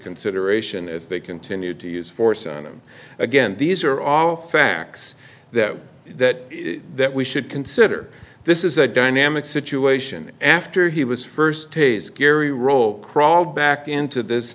consideration as they continued to use force on him again these are all facts that that that we should consider this is a dynamic situation after he was first a scary role crawled back into this